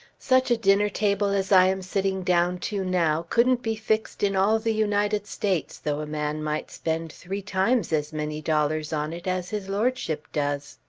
such a dinner-table as i am sitting down to now couldn't be fixed in all the united states though a man might spend three times as many dollars on it as his lordship does.